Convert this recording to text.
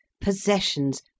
possessions